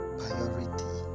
priority